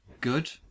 Good